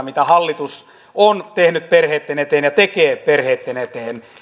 mitä hallitus on tehnyt perheitten eteen ja tekee perheitten eteen